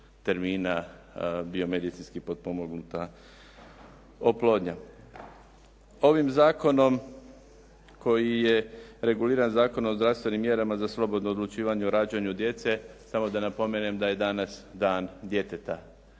termina biomedicinski potpomognuta oplodnja. Ovim zakonom koji je reguliran Zakonom o zdravstvenim mjerama za slobodno odlučivanje o rađanju djece samo da napomenem da je danas Dan djeteta